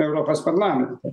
europos parlamente